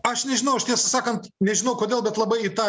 aš nežinau aš tiesą sakant nežinau kodėl bet labai į tą